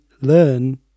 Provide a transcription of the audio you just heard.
learn